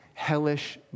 Hellish